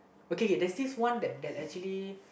okay okay there's this one that that actually